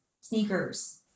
sneakers